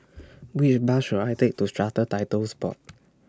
Which Bus should I Take to Strata Titles Board